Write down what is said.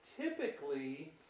typically